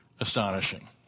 astonishing